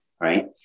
Right